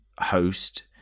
host